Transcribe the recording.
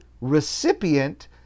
recipient